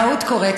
טעות קורית,